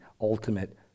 ultimate